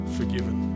forgiven